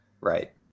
Right